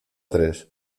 tres